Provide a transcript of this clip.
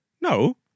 No